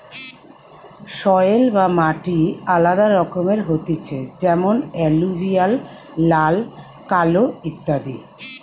soil বা মাটি আলাদা রকমের হতিছে যেমন এলুভিয়াল, লাল, কালো ইত্যাদি